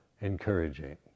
encouraging